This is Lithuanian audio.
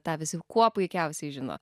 tą visi kuo puikiausiai žino